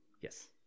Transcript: Yes